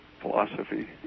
philosophy